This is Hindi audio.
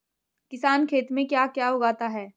किसान खेत में क्या क्या उगाता है?